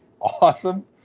awesome